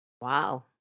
Wow